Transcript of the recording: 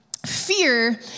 Fear